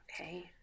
Okay